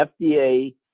FDA